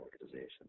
organization